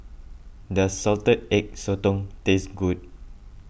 does Salted Egg Sotong taste good